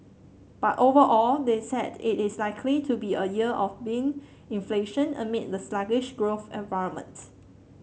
but overall they said it is likely to be a year of benign inflation amid the sluggish growth environment